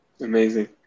Amazing